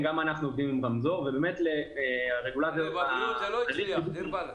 במשרד הבריאות הרמזור לא הצליח.